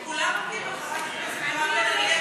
הם כולם עומדים מול חברת הכנסת בן ארי,